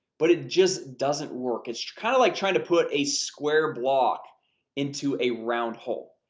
but it just doesn't work. it's kind of like trying to put a square block into a round hole.